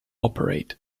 operate